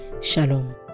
Shalom